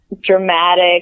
dramatic